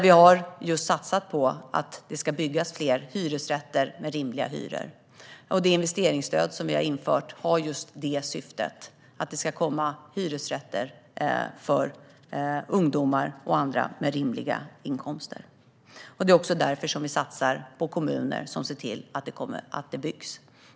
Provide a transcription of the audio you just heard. Vi har satsat på att det ska byggas fler hyresrätter med rimliga hyror. Syftet med det investeringsstöd som vi har infört är just att det ska byggas hyresrätter för ungdomar och andra med rimliga inkomster. Det är också därför vi satsar på kommuner som ser till att det byggs.